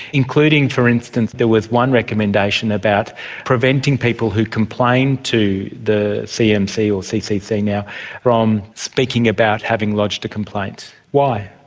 including for instance there was one recommendation about preventing people who complained to the cmc or ccc now from speaking about having lodged a complaint. why?